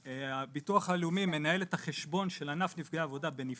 כשהביטוח הלאומי מנהל את החשבון של ענף נפגעי עבודה בנפרד,